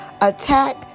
attack